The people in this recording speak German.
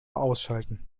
ausschalten